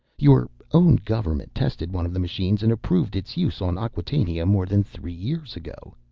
your own government tested one of the machines and approved its use on acquatainia more than three years ago.